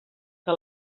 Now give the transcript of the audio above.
que